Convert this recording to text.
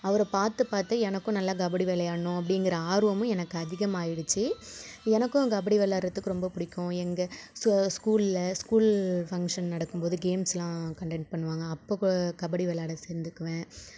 அவரை பார்த்து பார்த்து எனக்கும் நல்லா கபடி விளையாட்ணும் அப்படிங்கிற ஆர்வமும் எனக்கு அதிகமாகிடுச்சி எனக்கும் கபடி விளாட்றதுக்கு ரொம்ப பிடிக்கும் எங்கள் ஸ்கூலில் ஸ்கூல் ஃபங்ஷன் நடக்கும்போது கேம்ஸ்லாம் கண்டக்ட் பண்ணுவாங்க அப்போ கபடி விளாட சேர்ந்துக்குவேன்